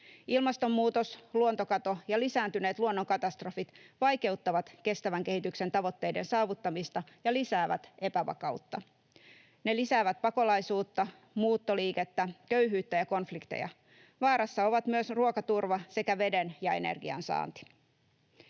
Ilmastonmuutos, luontokato ja lisääntyneet luonnonkatastrofit vaikeuttavat kestävän kehityksen tavoitteiden saavuttamista ja lisäävät epävakautta. Ne lisäävät pakolaisuutta, muuttoliikettä, köyhyyttä ja konflikteja. Vaarassa ovat myös ruokaturva sekä veden ja energian saanti.